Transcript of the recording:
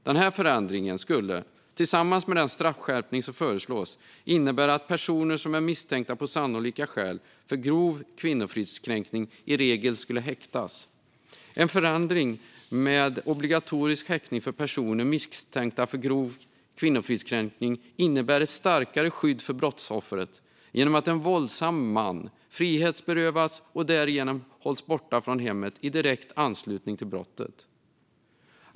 Denna förändring skulle, tillsammans med den straffskärpning som föreslås, innebära att personer som på sannolika skäl är misstänkta för grov kvinnofridskränkning i regel skulle häktas. En förändring till obligatorisk häktning för personer misstänkta för grov kvinnofridskränkning innebär ett starkare skydd för brottsoffret genom att en våldsam man frihetsberövas och därigenom hålls borta från hemmet i direkt anslutning till brottet.